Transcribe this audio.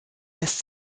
lässt